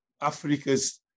Africa's